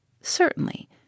Certainly